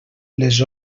les